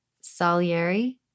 Salieri